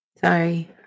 Sorry